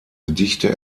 gedichte